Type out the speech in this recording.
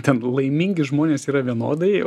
ten laimingi žmonės yra vienodai